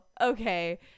okay